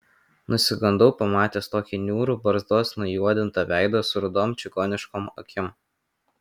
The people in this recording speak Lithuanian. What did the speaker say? nusigandau pamatęs tokį niūrų barzdos nujuodintą veidą su rudom čigoniškom akim